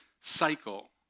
cycle